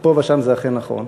פה ושם זה אכן נכון,